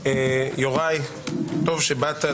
יוראי, טוב שבאת.